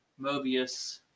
Mobius